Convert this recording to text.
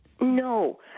No